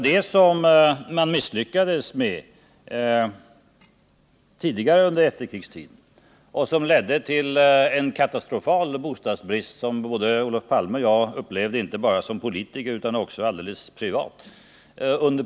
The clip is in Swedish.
Detta misslyckades man med under efterkrigstiden, och det ledde till en katastrofal bostadsbrist under praktiskt taget hela 1960-talet, vilken både Olof Palme och jag upplevde inte bara såsom politiker utan också alldeles privat.